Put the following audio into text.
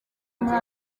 muri